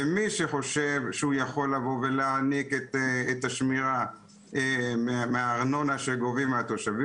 ומי שחושב שהוא יכול לבוא ולהעניק את השמירה מהארנונה שגובים מהתושבים,